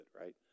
right